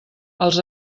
els